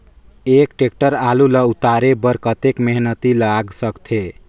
एक टेक्टर आलू ल उतारे बर कतेक मेहनती लाग सकथे?